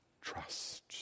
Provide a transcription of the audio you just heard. trust